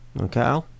Okay